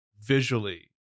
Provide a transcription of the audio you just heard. visually